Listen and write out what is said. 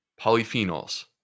polyphenols